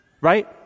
right